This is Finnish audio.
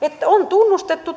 että on tunnustettu